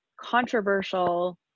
controversial